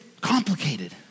complicated